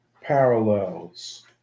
parallels